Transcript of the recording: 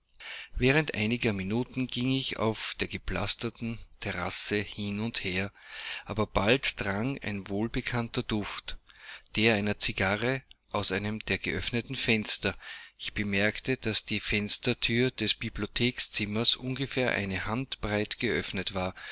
während einiger minuten ging ich auf der gepflasterten terrasse hin und her aber bald drang ein wohlbekannter duft der einer cigarre aus einem der geöffneten fenster ich bemerkte daß die fensterthür des bibliothekzimmers ungefähr eine handbreit geöffnet war